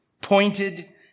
pointed